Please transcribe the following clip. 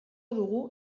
dugu